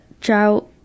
drought